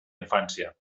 infància